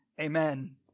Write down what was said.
Amen